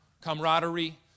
camaraderie